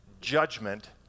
judgment